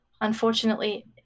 Unfortunately